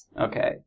Okay